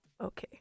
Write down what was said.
okay